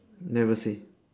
never say